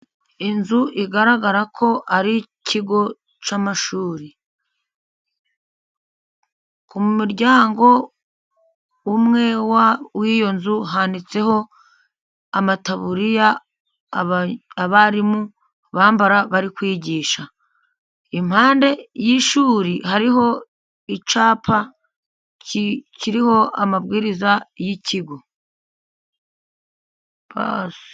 Inzu igaragara ko ari ikigo cy'amashuri. Ku muryango umwe w'iyo nzu, hanitseho amataburiya abarimu bambara bari kwigisha. Impande y'ishuri hariho icyapa kiriho amabwiriza y'ikigo.